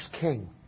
king